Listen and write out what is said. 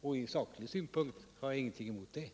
Från saklig synpunkt har jag ingenting emot det.